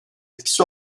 etkisi